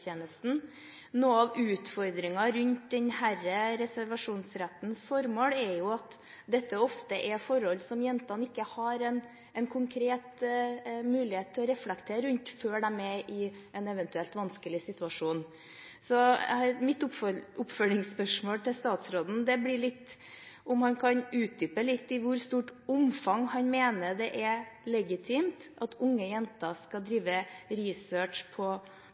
Noe av utfordringen rundt reservasjonsrettens formål er jo at dette ofte er forhold som jentene ikke har en konkret mulighet til å reflektere rundt før de er i en eventuelt vanskelig situasjon. Mitt oppfølgingsspørsmål til statsråden blir om han kan utdype litt i hvor stort omfang han mener det er legitimt at unge jenter skal drive